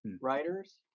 writers